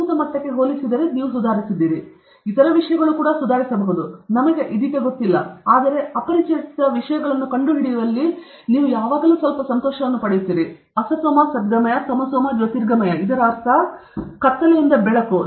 ಈ ವಿಷಯದ ಮೂಲಕ ನೀವು ಸುಧಾರಿಸುತ್ತಿರುವಿರಿ ನೀವು ಸುಧಾರಿಸುತ್ತಿರುವಿರಿ ಇತರ ವಿಷಯಗಳು ಕೂಡ ಸುಧಾರಿಸಬಹುದು ನಮಗೆ ಇದೀಗ ಗೊತ್ತಿಲ್ಲ ಆದರೆ ಅಪರಿಚಿತರನ್ನು ಕಂಡುಹಿಡಿಯುವಲ್ಲಿ ನೀವು ಸ್ವಲ್ಪ ಸಂತೋಷವನ್ನು ಪಡೆಯುತ್ತೀರಿ ಕತ್ತಲೆ ಬೆಳಕಿಗೆ ಅಸಥೊಮಾ ಸದ್ಗಮಾಯ ಥಾಮಸೋಮ ಜ್ಯೋತಿರ್ಗಮಯಾ ಇದರ ಅರ್ಥ ನಾನು ಬೆಳಕು ಕತ್ತಲೆಯಿಂದ ಅದು ಬೆಳಕು